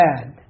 bad